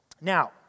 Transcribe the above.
Now